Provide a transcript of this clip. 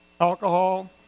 alcohol